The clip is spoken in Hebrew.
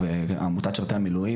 עמותת משרתי המילואים,